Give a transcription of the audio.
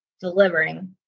delivering